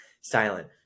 silent